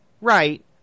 Right